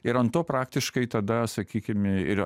ir an to praktiškai tada sakykim ir